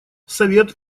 совет